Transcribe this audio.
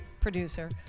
producer